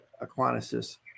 Aquinas